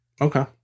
Okay